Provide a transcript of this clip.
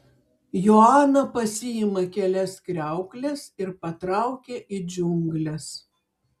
joana pasiima kelias kriaukles ir patraukia į džiungles